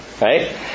right